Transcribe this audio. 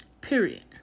Period